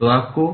तो आपको